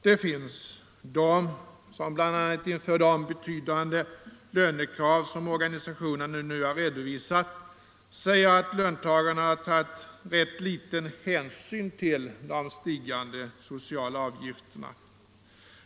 Det finns de som bl.a. inför de betydande lönekrav som organisationerna nu har redovisat säger att löntagarna har tagit rätt liten hänsyn till de stigande sociala avgifterna.